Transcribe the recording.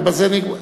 ובזה נגמר.